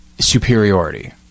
superiority